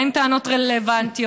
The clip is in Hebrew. האם הטענות רלוונטיות,